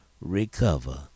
recover